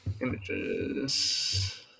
images